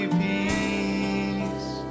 peace